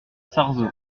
sarzeau